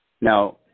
Now